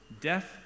Death